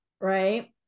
right